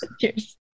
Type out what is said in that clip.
cheers